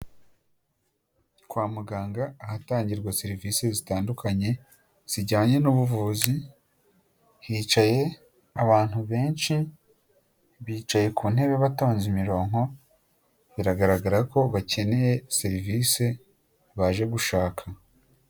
Kwa muganga ahatangirwa serivisi zitandukanye zijyanye n'ubuvuzi, hicaye abantu benshi bicaye ku ntebe batonze imirongo, biragaragara ko bakeneye serivisi baje gushaka.